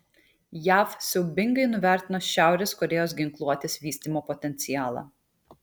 jav siaubingai nuvertino šiaurės korėjos ginkluotės vystymo potencialą